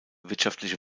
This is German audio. wirtschaftliche